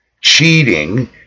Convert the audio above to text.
cheating